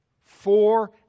Four